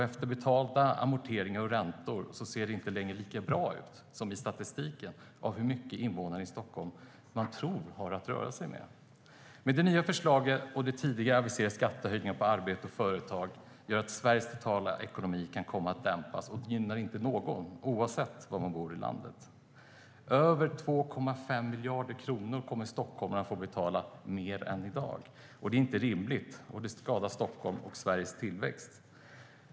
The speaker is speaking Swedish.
Efter betalda amorteringar och räntor ser det inte längre lika bra ut som i statistiken beträffande hur mycket man tror att invånarna i Stockholm har att röra sig med. Med det nya förslaget och de tidigare aviserade skattehöjningarna på arbete och företag kan Sveriges totala ekonomi komma att dämpas. Det gynnar inte någon, oavsett var i landet man bor. Stockholmarna kommer att få betala över 2,5 miljarder kronor mer än i dag. Det är inte rimligt. Det skadar Stockholm och Sveriges tillväxt.